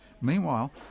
Meanwhile